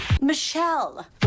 Michelle